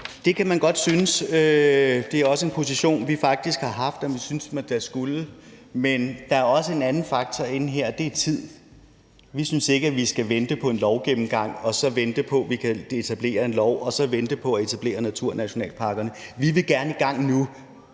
Det kan man godt synes. Det er også en position, vi faktisk har haft, altså at vi synes, man da skulle det, men der er også en anden faktor inde her, og det er tid. Vi synes ikke, at vi skal vente på en lovgennemgang og så vente på, at vi kan etablere en lov, og så vente på at etablere naturnationalparkerne. Vi vil gerne i gang nu,